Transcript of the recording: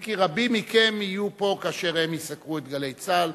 אם כי רבים מכם יהיו פה כאשר הם יסקרו את "גלי צה"ל".